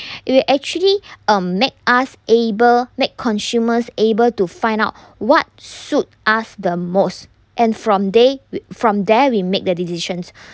you will actually um make us able make consumers able to find out what should ask the most and from there from there we make the decisions